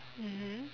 mmhmm